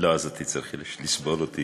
לא, אז את תצטרכי לסבול אותי.